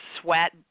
sweat